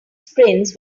sprints